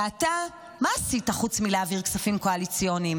ואתה, מה עשית חוץ מלהעביר כספים קואליציוניים?